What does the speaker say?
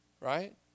right